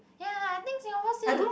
ya I think Singapore still the